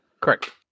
Correct